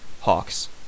Hawks